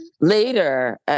Later